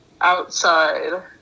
outside